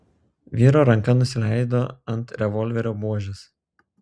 vyro ranka nusileido ant revolverio buožės